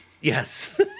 Yes